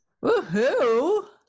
Woo-hoo